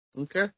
Okay